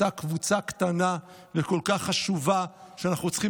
אותה קבוצה קטנה וכל כך חשובה שאנחנו צריכים